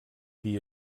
dir